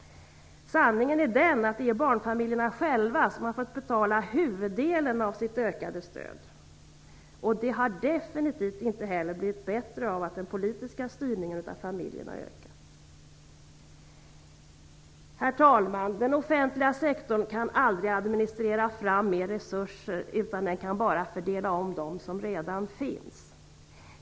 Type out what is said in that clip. Sanningen är den att det är barnfamiljerna själva som har fått betala huvuddelen av sitt ökade stöd. Och det har definitivt inte blivit bättre av att den politiska styrningen av familjerna ökat. Herr talman! Den offentliga sektorn kan aldrig administrera fram mer resurser. Den kan bara fördela om dem som redan finns.